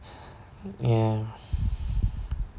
no